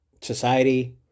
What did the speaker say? society